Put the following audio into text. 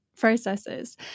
processes